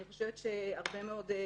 אני חושבת שהרבה מאוד,